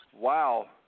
wow